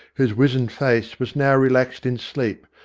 whose wizen face was now relaxed in sleep,